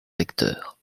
vecteur